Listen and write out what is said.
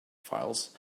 files